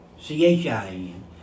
C-H-I-N